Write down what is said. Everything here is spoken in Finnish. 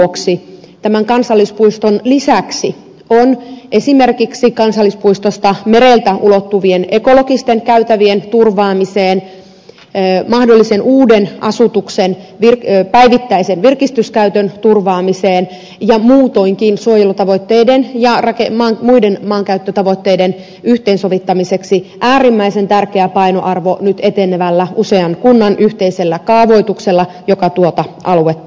sen vuoksi tämän kansallispuiston lisäksi on esimerkiksi kansallispuistosta merelle ulottuvien ekologisten käytävien turvaamiseksi mahdollisen uuden asutuksen päivittäisen virkistyskäytön turvaamiseksi ja muutoinkin suojelutavoitteiden ja muiden maankäyttötavoitteiden yhteensovittamiseksi äärimmäisen tärkeä painoarvo nyt etenevällä usean kunnan yhteisellä kaavoituksella joka tuota aluetta koskee